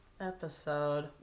episode